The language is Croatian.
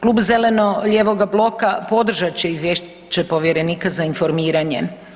Klub zeleno-lijevog bloka podržat će izvješće Povjerenika za informiranje.